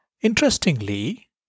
Interestingly